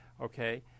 okay